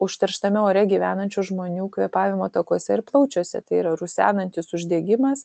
užterštame ore gyvenančių žmonių kvėpavimo takuose ir plaučiuose tai yra rusenantis uždegimas